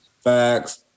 Facts